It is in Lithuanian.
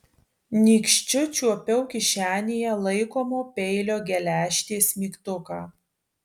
nykščiu čiuopiau kišenėje laikomo peilio geležtės mygtuką